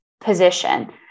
position